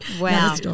Wow